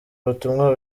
ubutumwa